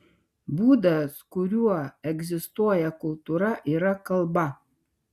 būdas kuriuo egzistuoja kultūra yra kalba